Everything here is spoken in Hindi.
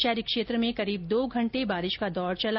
शहरी क्षेत्र में करीब दो घंटे बारिश का दौर चला